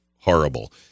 horrible